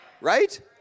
Right